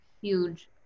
huge